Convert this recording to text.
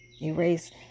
Erase